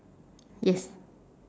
yes